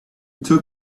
took